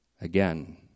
Again